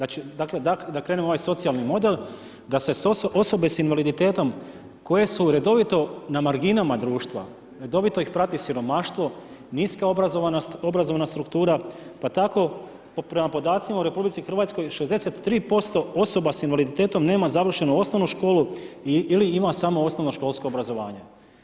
Dakle da krenem ovaj socijalni model, da se osobe s invaliditetom koje su redovito na marginama društva, redovito ih prati siromaštvo, niska obrazovanost, obrazovna struktura pa tako prema podacima u RH 63% osoba s invaliditetom nema završenu osnovno školu ili ima samo osnovnoškolsko obrazovanje.